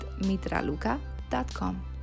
Mitraluka.com